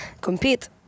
compete